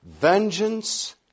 Vengeance